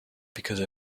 because